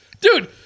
dude